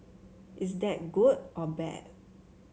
is that good or bad